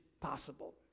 possible